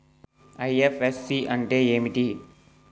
IFSC అంటే ఏమిటి?